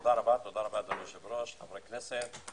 תודה רבה, אדוני היושב-ראש, חברי הכנסת.